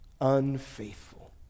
unfaithful